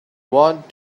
want